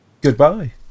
goodbye